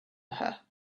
her